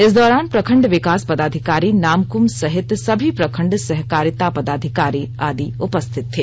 इस दौरान प्रखंड विकास पदाधिकारी नामकुम सहित सभी प्रखंड सहकारिता पदाधिकारी आदि उपस्थित थे